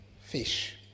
fish